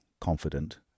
confident